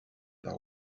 par